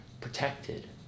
protected